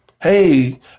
Hey